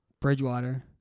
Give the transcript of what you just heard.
Bridgewater